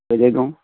बेलेग दं